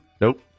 Nope